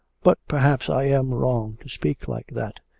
but perhaps i am wrong to speak like that.